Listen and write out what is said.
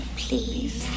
please